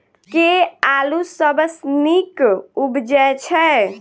केँ आलु सबसँ नीक उबजय छै?